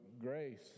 grace